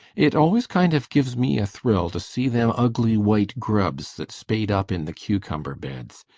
it always kind of gives me a thrill to see them ugly white grubs that spade up in the cucumber beds.